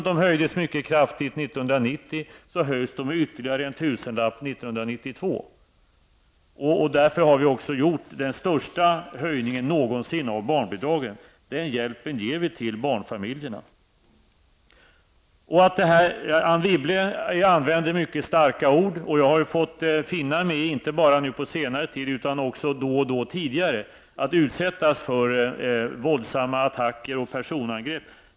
Det höjdes mycket kraftigt 1990 och höjs med ytterligare en tusenlapp 1992. Det är den största höjningen någonsin av barnbidragen, och det är en hjälp som vi ger till barnfamiljerna. Anne Wibble använde sig av mycket starka ord. Inte bara på senare tid, utan också då och då tidigare har jag fått finna mig i att bli utsatt för våldsamma attacker och personangrepp.